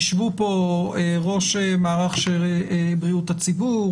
יישבו פה ראש מערך בריאות הציבור,